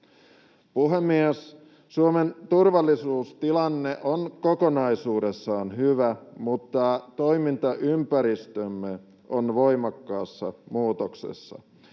Puhemies! Suomen turvallisuustilanne on kokonaisuudessaan hyvä, mutta toimintaympäristömme on voimakkaassa muutoksessa.